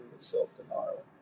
self-denial